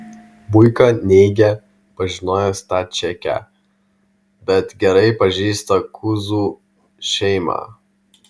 buika neigia pažinojęs tą čekę bet gerai pažįsta kuzų šeimą